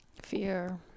Fear